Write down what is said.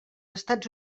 estats